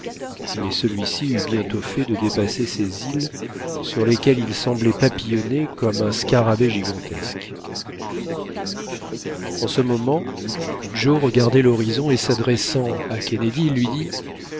mais celui-ci eut bientôt fait de dépasser ces îles sur lesquelles il semblait papillonner comme un scarabée gigantesque en ce moment joe regardait l'horizon et s'adressant à kennedy il lui dit